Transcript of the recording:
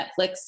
Netflix